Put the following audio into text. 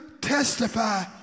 testify